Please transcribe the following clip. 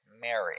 Mary